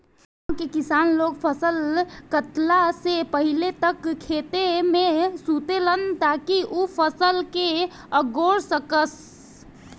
गाँव के किसान लोग फसल काटला से पहिले तक खेते में सुतेलन ताकि उ फसल के अगोर सकस